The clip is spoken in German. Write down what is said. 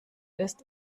ist